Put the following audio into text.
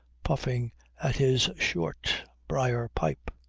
puffing at his short briar pipe.